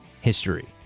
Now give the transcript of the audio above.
history